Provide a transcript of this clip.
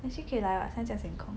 actually 可以来 what 现在闲空